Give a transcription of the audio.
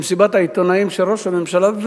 במסיבת העיתונאים של ראש הממשלה,